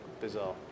bizarre